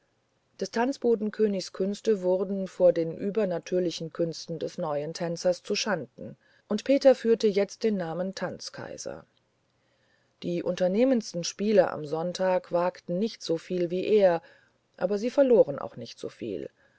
des tanzbodenkönigs künste wurden vor den übernatürlichen künsten des neuen tänzers zuschanden und peter führte jetzt den namen tanzkaiser die unternehmendsten spieler am sonntag wagten nicht so viel wie er aber sie verloren auch nicht so viel